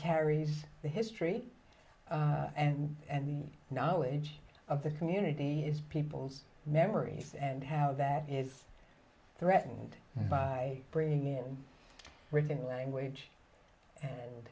carries the history and and knowledge of the community it's people's memories and how that is threatened by bringing in written language and